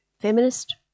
feminist